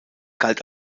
galt